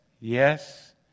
yes